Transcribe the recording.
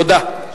תודה.